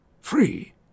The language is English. free